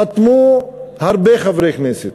חתמו הרבה חברי כנסת,